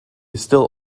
still